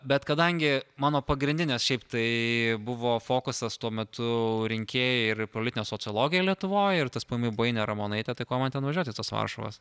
bet kadangi mano pagrindinis šiaip tai buvo fokusas tuo metu rinkėjai ir politinė sociologija lietuvoj ir tsmpi buvo ainė ramonaitė tai ko man ten važiuoti į tas varšuvas